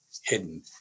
hidden